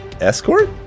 escort